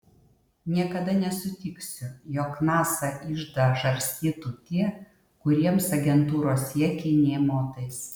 niekada nesutiksiu jog nasa iždą žarstytų tie kuriems agentūros siekiai nė motais